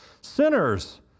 sinners